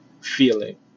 feeling